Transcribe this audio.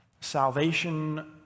salvation